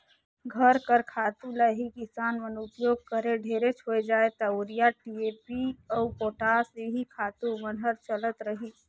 घर कर खातू ल ही किसान मन उपियोग करें ढेरेच होए जाए ता यूरिया, डी.ए.पी अउ पोटास एही खातू मन हर चलत रहिस